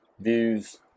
views